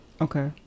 okay